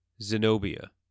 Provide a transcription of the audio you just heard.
Zenobia